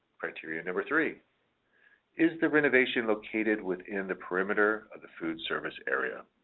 criteria number three is the renovation located within the perimeter of the food service area?